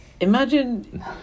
Imagine